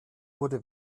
wurde